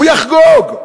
הוא יחגוג.